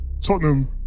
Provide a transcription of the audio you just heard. Tottenham